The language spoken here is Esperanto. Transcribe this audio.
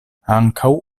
ankaŭ